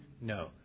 No